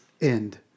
end